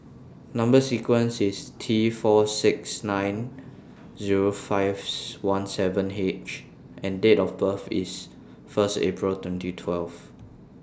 Number sequences IS T four six nine Zero five one seven H and Date of birth IS First April twenty twelve